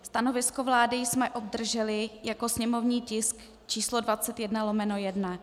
Stanovisko vlády jsme obdrželi jako sněmovní tisk číslo 21/1.